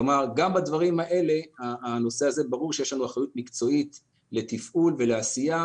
כלומר גם בדברים האלה ברור שיש לנו אחריות מקצועית לתפעול ולעשייה,